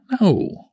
no